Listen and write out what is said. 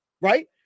right